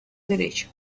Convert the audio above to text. derecho